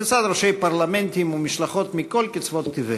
לצד ראשי פרלמנטים ומשלחות מכל קצוות תבל.